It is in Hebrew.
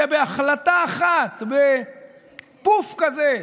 שבהחלטה אחת, בפוף כזה,